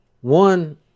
One